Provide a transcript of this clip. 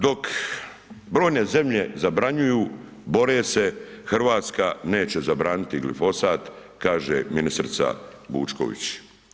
Dok brojne zemlje zabranjuju, bore se, Hrvatska neće zabraniti glifosat, kaže ministrica Vučković.